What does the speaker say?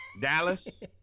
Dallas